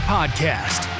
Podcast